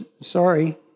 sorry